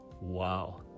Wow